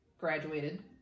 Graduated